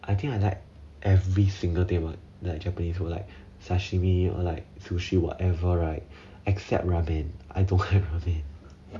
I think I like every single thing about their japanese would like sashimi or like sushi whatever right except ramen I don't want ramen